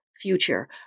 future